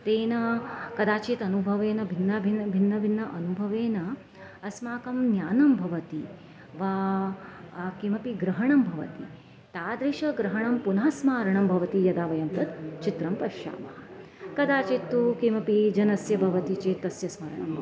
तेन कदाचित् अनुभवेन भिन्न भिन्न भिन्नभिन्न अनुभवेन अस्माकं ज्ञानं भवति वा किमपि ग्रहणं भवति तादृशग्रहणं पुनः स्मारणं भवति यदा वयं तत् चित्रं पश्यामः कदाचित् तु किमपि जनस्य भवति चेत् तस्य स्मरणं भवति